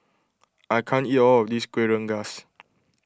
I can't eat all of this Kuih Rengas